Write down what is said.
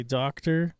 doctor